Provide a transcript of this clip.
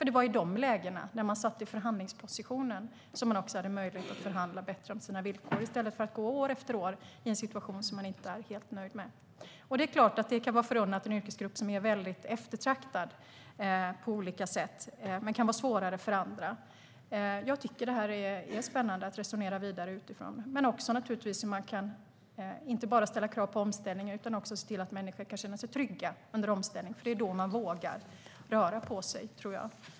Det var nämligen i de lägena, när man satt i förhandlingsposition, som man hade möjlighet att bättre förhandla sina villkor i stället för att gå år efter år i en situation man inte är helt nöjd med. Men det är klart att det kan vara förunnat en yrkesgrupp som är väldigt eftertraktad på olika sätt och svårare för andra. Jag tycker att detta är spännande att resonera vidare om. Det handlar naturligtvis också om hur man ställa krav på omställning och om att se till att människor kan känna sig trygga under omställning. Det är nämligen då man vågar röra på sig, tror jag.